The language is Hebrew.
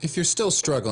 בוקר טוב לכולם.